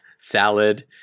salad